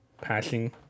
passing